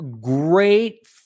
great